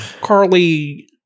Carly